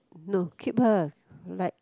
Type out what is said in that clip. no keep her like